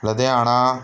Ludhiana